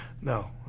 No